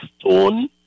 stone